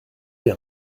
bien